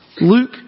Luke